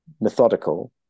methodical